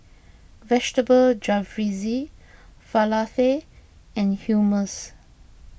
Vegetable Jalfrezi Falafel and Hummus